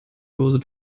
dose